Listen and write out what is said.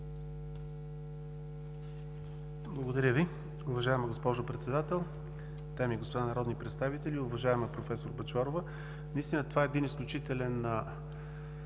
Благодаря Ви. Уважаема госпожо Председател, дами и господа народни представители, уважаема професор Бъчварова! Наистина това е един изключителен